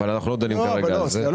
אבל אנחנו לא דנים כרגע על זה.